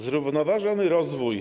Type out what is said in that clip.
Zrównoważony rozwój.